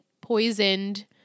poisoned